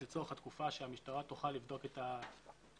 לצורך התקופה שהמשטרה תוכל לבדוק את התקופה